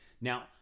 Now